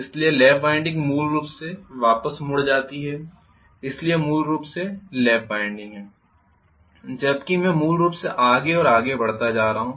इसलिए lap winding मूल रूप से वापस मुड़ जाती है इसलिए यह मूल रूप से लैप वाइंडिंग है जबकि मैं मूल रूप से आगे और आगे बढ़ता जा रहा हूं